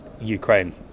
Ukraine